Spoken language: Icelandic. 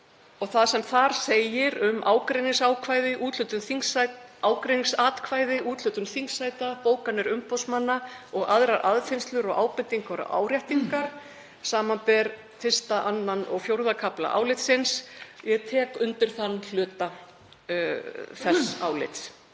þar sem segir um ágreiningsatkvæði, úthlutun þingsæta, bókanir umboðsmanna og aðrar aðfinnslur og ábendingar og áréttingar, samanber I., II og IV. kafla álitsins — ég tek undir þann hluta þess álits.